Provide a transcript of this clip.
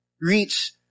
reach